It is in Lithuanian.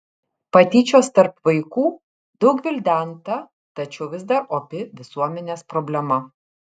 patyčios tarp vaikų daug gvildenta tačiau vis dar opi visuomenės problema